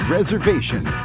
Reservation